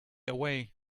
away